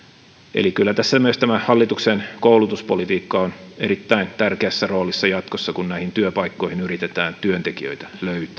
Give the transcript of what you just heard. eli kyllä tässä myös tämä hallituksen koulutuspolitiikka on erittäin tärkeässä roolissa jatkossa kun näihin työpaikkoihin yritetään työntekijöitä